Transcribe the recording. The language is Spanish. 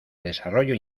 desarrollo